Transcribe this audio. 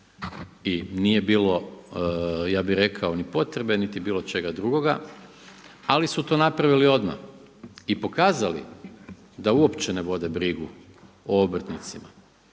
i nije bilo, ja bi rekao, ni potrebe niti bilo čega drugoga, ali su to napravili odmah i pokazali da uopće ne vode brigu o obrtnicima.